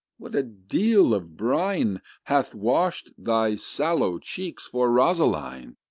what a deal of brine hath wash'd thy sallow cheeks for rosaline!